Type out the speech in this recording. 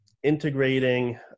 Integrating